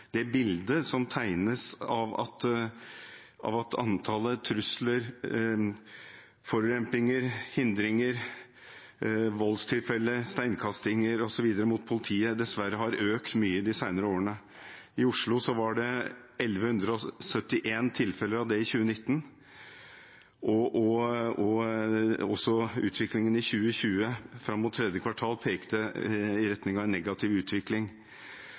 det bildet som tegnes av at antallet trusler, forulempinger, hindringer, voldstilfeller, steinkastinger osv. mot politiet dessverre har økt mye de senere årene. I Oslo var det 1 171 tilfeller av det i 2019, og også utviklingen i 2020 fram mot tredje kvartal pekte i negativ retning.